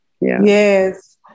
Yes